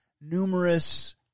numerous